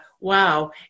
wow